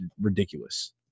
ridiculous